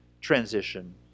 transition